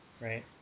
right